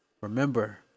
Remember